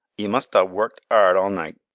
e must a worked ard all night.